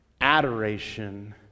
adoration